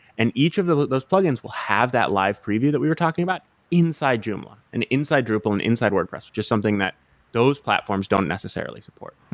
and each of those plug-ins will have that live preview that we are talking about inside joomla! and inside drupal and inside wordpress, which is something that those platforms don't necessarily support.